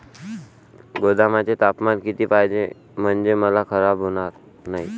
गोदामाचे तापमान किती पाहिजे? म्हणजे माल खराब होणार नाही?